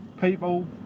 people